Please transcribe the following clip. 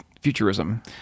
futurism